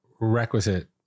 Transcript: requisite